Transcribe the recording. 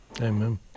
Amen